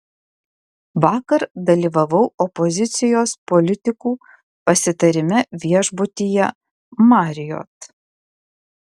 vakar dalyvavau opozicijos politikų pasitarime viešbutyje marriott